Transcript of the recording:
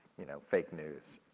you know, fake news?